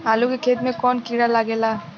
आलू के खेत मे कौन किड़ा लागे ला?